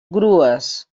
grues